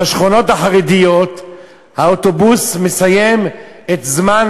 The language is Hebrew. בשכונות החרדיות האוטובוס מסיים את זמן